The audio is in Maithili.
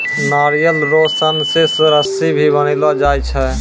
नारियल रो सन से रस्सी भी बनैलो जाय छै